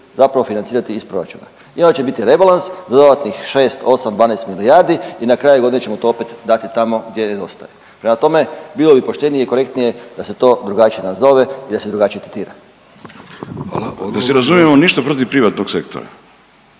zapravo financirati iz proračuna. I onda će biti rebalans za dodatnih 6, 8, 12 milijardi i na kraju godine ćemo to opet dati tamo gdje nedostaje. Prema tome bilo bi poštenje i korektnije da se to drugačije nazove i da se drugačije tretira. **Vidović, Davorko